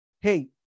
hey